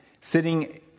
sitting